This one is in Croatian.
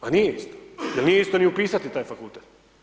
Pa nije isto jer nije isto ni upisati taj fakultet.